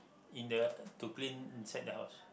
in the to clean inside the house